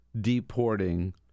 deporting